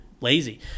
lazy